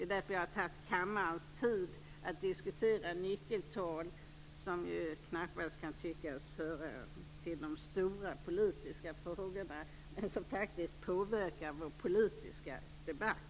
Jag har tagit kammarens tid för att diskutera nyckeltal. De kan knappast tyckas höra till de stora politiska frågorna, men de påverkar faktiskt vår politiska debatt.